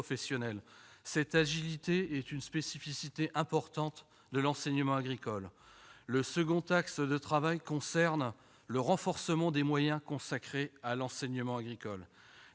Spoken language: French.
Cette agilité est une spécificité importante de l'enseignement agricole. Ensuite, il importe de renforcer les moyens consacrés à l'enseignement agricole.